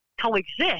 coexist